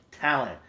talent